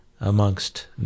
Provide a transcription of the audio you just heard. amongst